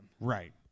Right